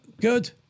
good